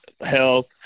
health